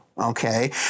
Okay